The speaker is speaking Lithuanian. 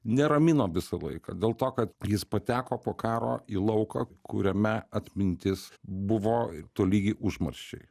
neramino visą laiką dėl to kad jis pateko po karo į lauką kuriame atmintis buvo tolygi užmarščiai